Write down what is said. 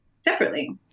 separately